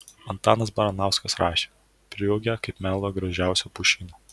antanas baranauskas rašė priugdę kaip meldo gražiausio pušyno